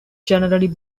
generally